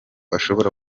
ashobora